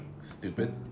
stupid